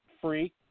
free